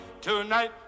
tonight